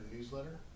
Newsletter